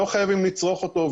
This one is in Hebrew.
לא חייבים לצרוך אותו,